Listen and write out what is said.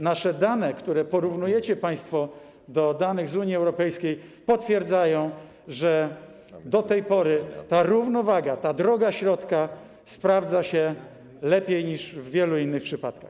Nasze dane, które porównujecie państwo z danymi z Unii Europejskiej, potwierdzają, że do tej pory ta równowaga, droga środka sprawdza się lepiej niż w wielu innych przypadkach.